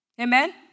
Amen